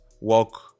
walk